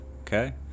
Okay